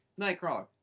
Nightcrawler